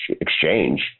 exchange